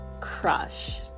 crush